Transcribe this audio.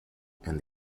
and